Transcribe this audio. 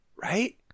Right